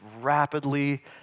rapidly